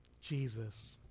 Jesus